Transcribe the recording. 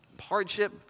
hardship